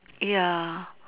ya